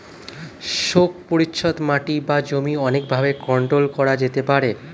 শোক পরিচ্ছদ মাটি বা জমি অনেক ভাবে কন্ট্রোল করা যেতে পারে